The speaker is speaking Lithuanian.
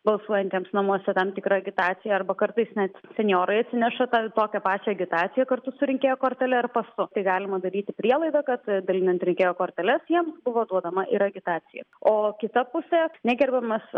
balsuojantiems namuose tam tikra agitacija arba kartais net senjorai atsineša tą tokią pačią agitaciją kartu su rinkėjo kortele ar pasu tai galima daryti prielaidą kad dalinant rinkėjo korteles jiems buvo duodama ir agitacija o kita pusė negerbiamas